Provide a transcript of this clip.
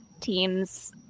teams